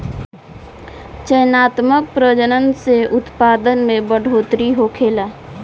चयनात्मक प्रजनन से उत्पादन में बढ़ोतरी होखेला